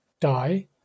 die